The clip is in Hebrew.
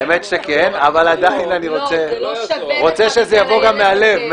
האמת שכן, אבל עדיין אני רוצה שזה יבוא גם מהלב.